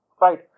right